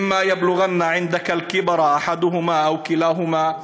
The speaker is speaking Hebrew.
הפסוק: "ואם יגיעו לזִקנה במחיצתךָ שניהם יחדיו או רק אחד מהם,